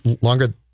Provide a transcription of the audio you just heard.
longer